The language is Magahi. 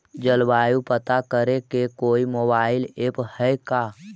जलवायु पता करे के कोइ मोबाईल ऐप है का?